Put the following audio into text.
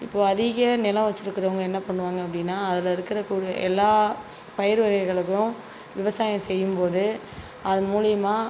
இப்போது அதிக நிலம் வெச்சிருக்கறவங்க என்ன பண்ணுவாங்க அப்படின்னா அதில் இருக்கற கூடிய எல்லா பயிர் வகைகளுக்கும் விவசாயம் செய்யும்போது அதன் மூலியமா